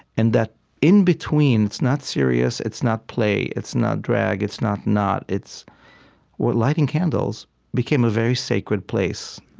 and that in-between it's not serious it's not play it's not drag it's not not it's where lighting candles became a very sacred place.